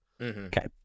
Okay